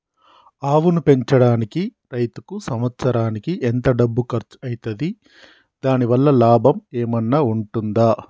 ఆవును పెంచడానికి రైతుకు సంవత్సరానికి ఎంత డబ్బు ఖర్చు అయితది? దాని వల్ల లాభం ఏమన్నా ఉంటుందా?